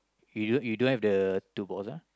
you don't you don't have the two box ah